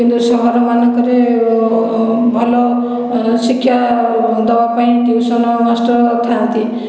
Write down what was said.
କିନ୍ତୁ ସହର ମାନଙ୍କରେ ଭଲ ଶିକ୍ଷା ଦେବା ପାଇଁ ଟ୍ୟୁସନ୍ ମାଷ୍ଟର୍ ଥାଆନ୍ତି